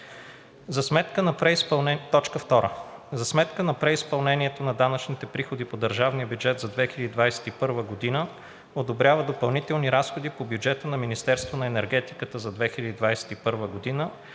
г. 2. За сметка на преизпълнението на данъчните приходи по държавния бюджет за 2021 г. одобрява допълнителни разходи по бюджета на Министерството на енергетиката за 2021 г.